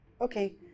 Okay